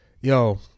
yo